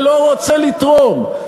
ולא רוצה לתרום,